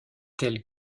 tel